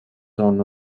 son